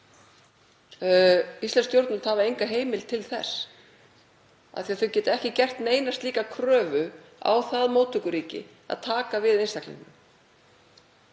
Íslensk stjórnvöld hafa enga heimild til þess af því að þau geta ekki gert neina slíka kröfu á það móttökuríki að taka við einstaklingnum.